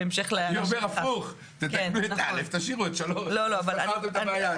אני אומר להיפך: תתקנו את (א) ותשאירו את (3) ופתרנו את הבעיה.